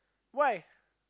why